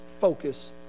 focus